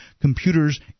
computers